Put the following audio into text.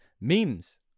memes